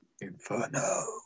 Inferno